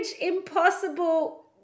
impossible